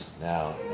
now